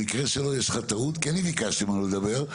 במקרה שלו יש לך טעות כי אני ביקשתי ממנו לדבר.